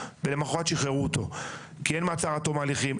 ולמחרת שחררו אותו כי אין מעצר עד תום ההליכים,